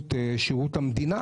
בנציבות שירות המדינה.